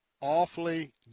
awfully